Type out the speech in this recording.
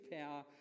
power